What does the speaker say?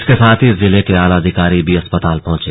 इसके साथ ही जिले के आला अधिकारी भी अस्पताल पहुंचे